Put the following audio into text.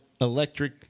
Electric